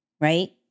right